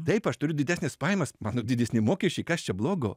taip aš turiu didesnes pajamas mano didesni mokesčiai kas čia blogo